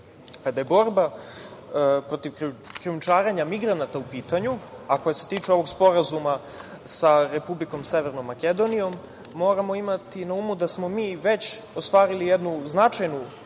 je borba protiv krijumčarenja migranata u pitanju, a koja se tiče ovog Sporazuma sa Republikom Severnom Makedonijom moramo imati na umu da smo mi već ostvarili jednu značajnu